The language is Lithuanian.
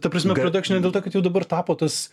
ta prasme prodakšine dėl to kad jau dabar tapo tas